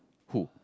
who